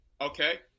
okay